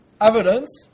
Evidence